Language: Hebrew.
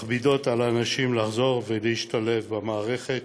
מכבידות על האנשים לחזור ולהשתלב במערכת